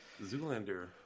Zoolander